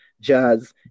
jazz